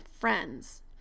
friends